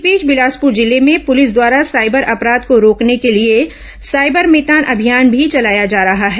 इस बीच बिलासपुर जिले में पुलिस द्वारा साइबर अपराध को रोकने के लिए साइबर मितान अभियान भी चलाया जा रहा है